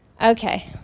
okay